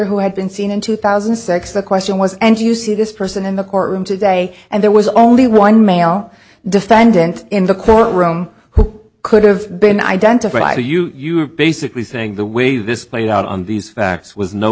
who had been seen in two thousand and six the question was and you see this person in the courtroom today and there was only one male defendant in the courtroom who could have been identified to you you are basically saying the way this played out on these facts was no